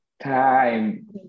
Time